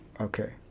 Okay